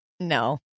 No